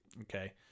okay